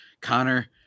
Connor